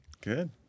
Good